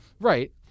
Right